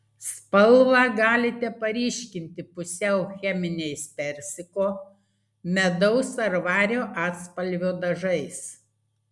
spalvą galite paryškinti pusiau cheminiais persiko medaus ar vario atspalvio dažais